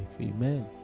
amen